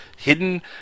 hidden